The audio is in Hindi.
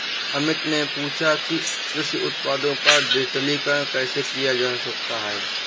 अमित ने पूछा कि कृषि उत्पादों का डिजिटलीकरण कैसे किया जा सकता है?